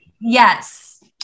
Yes